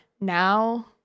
now